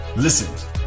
Listen